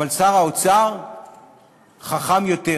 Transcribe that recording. אבל שר האוצר חכם יותר,